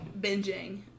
binging